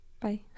Bye